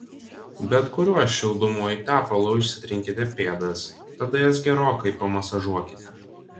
bet kuriuo šildomuoju tepalu išsitrinkite pėdas tada jas gerokai pamasažuokite